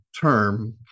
term